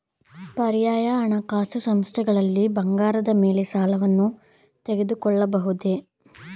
ಪರ್ಯಾಯ ಹಣಕಾಸು ಸಂಸ್ಥೆಗಳಲ್ಲಿ ಬಂಗಾರದ ಮೇಲೆ ಸಾಲವನ್ನು ತೆಗೆದುಕೊಳ್ಳಬಹುದೇ?